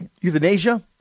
Euthanasia